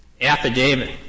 affidavit